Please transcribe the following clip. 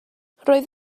roedd